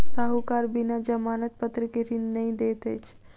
साहूकार बिना जमानत पत्र के ऋण नै दैत अछि